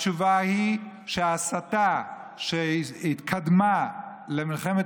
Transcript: התשובה היא שההסתה שהתקדמה למלחמת